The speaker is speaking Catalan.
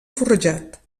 forjat